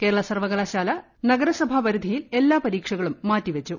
കേരള സർവ്വകലാശാല നഗരസഭാ പരിധിയിൽ എല്ലാ പരീക്ഷകളും മാറ്റിവെച്ചു